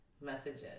messages